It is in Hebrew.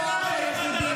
הכוח היחיד,